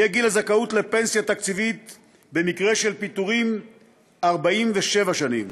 יהיה גיל הזכאות לפנסיה תקציבית במקרה של פיטורים 47 שנים.